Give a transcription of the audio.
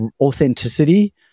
authenticity